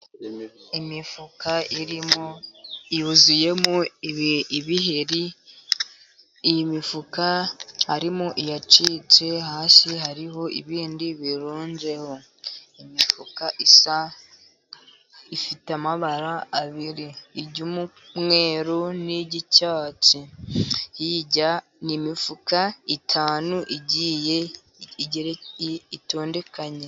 Imifuka irimo, yuzuyemo ibiheri, iyi mifuka harimo iyacitse, hasi hariho ibindi birunzeho. Imifuka isa, ifite amabara abiri iry'umweru n'iry'icyatsi. Hirya ni imifuka itanu, igiye itondekanye.